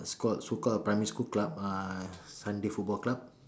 it's called so called a primary school club uh Sunday football club